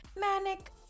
manic